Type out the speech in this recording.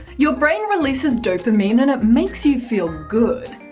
your brain releases dopamine and it makes you feel good.